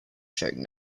sharing